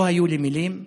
לא היו לי מילים.